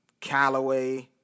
Callaway